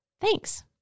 Thanks